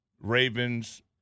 Ravens